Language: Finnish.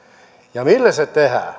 ja millä se tehdään